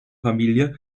familie